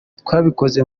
twabikoze